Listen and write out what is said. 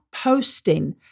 posting